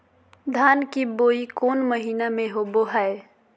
धान की बोई कौन महीना में होबो हाय?